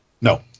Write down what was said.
No